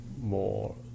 more